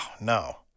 no